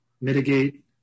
mitigate